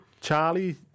Charlie